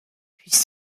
puis